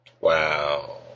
Wow